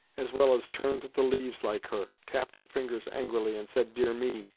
as well as turned the leaves like her, tapped her fingers angrily and said dear me!